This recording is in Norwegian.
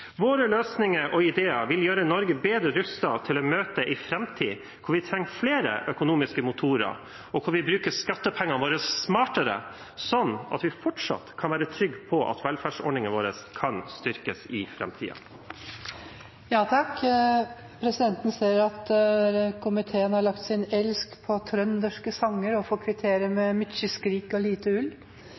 Våre løsninger og ideer vil gjøre Norge bedre rustet til å møte en framtid hvor vi trenger flere økonomiske motorer, og hvor vi bruker skattepengene våre smartere, sånn at vi fortsatt kan være trygge på at velferdsordningene våre kan styrkes i framtiden. Presidenten ser at komiteen har lagt sin elsk på trønderske sanger og får kvittere med: «Mykje skrik og lite ull.»